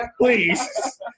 Please